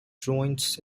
joint